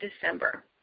December